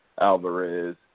Alvarez